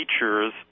features